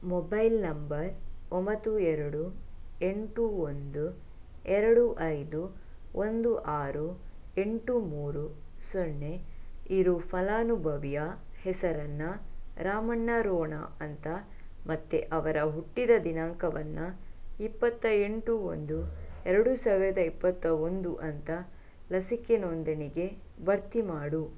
mobile number ಒಂಬತ್ತು ಎರಡು ಎಂಟು ಒಂದು ಎರಡು ಐದು ಒಂದು ಆರು ಎಂಟು ಮೂರು ಸೊನ್ನೆ ಇರುವ ಫಲಾನುಭವಿಯ ಹೆಸರನ್ನು ರಾಮಣ್ಣ ರೋಣ ಅಂತ ಮತ್ತು ಅವರ ಹುಟ್ಟಿದ ದಿನಾಂಕವನ್ನು ಇಪ್ಪತ್ತ ಎಂಟು ಒಂದು ಎರಡು ಸಾವಿರದ ಇಪ್ಪತ್ತ ಒಂದು ಅಂತ ಲಸಿಕೆ ನೋಂದಣಿಗೆ ಭರ್ತಿ ಮಾಡು